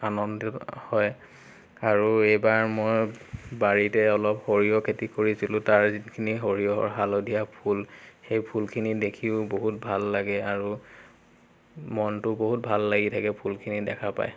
আনন্দ হয় আৰু এইবাৰ মই বাৰীতে অলপ সৰিয়হ খেতি কৰিছিলোঁ তাৰ যিখিনি সৰিয়হৰ হালধীয়া ফুল সেই ফুলখিনি দেখিও বহুত ভাল লাগে আৰু মনটোও বহুত ভাল লাগি থাকে ফুলখিনি দেখা পাই